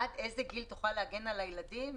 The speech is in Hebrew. עד איזה גיל תוכל להגן על הילדים?